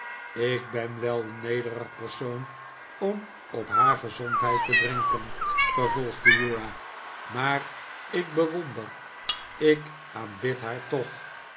ik ben wel een nederig persooh om op haar gezondheid te drinken vervolgde uriah maar ik bewonder ik aanbid haar toch